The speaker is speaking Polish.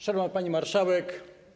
Szanowna Pani Marszałek!